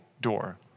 door